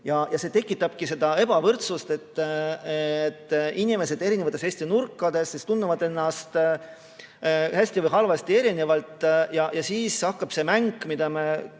See tekitabki seda ebavõrdsust, et inimesed Eesti eri nurkades tunnevad ennast hästi või halvasti, erinevalt. Siis hakkab see mäng, mida me